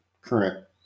current